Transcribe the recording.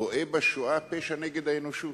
רואה בשואה פשע נגד האנושות.